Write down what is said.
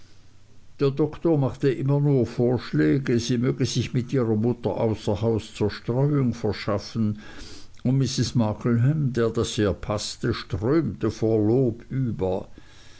der doktor machte immer nur vorschläge sie möge sich mit ihrer mutter außer haus zerstreuung verschaffen und mrs markleham der das sehr paßte strömte vor lob über